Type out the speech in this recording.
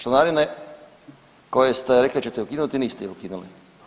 Članarine koje ste rekli da ćete ukinuti niste ih ukinuli.